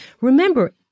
Remember